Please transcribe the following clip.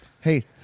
Hey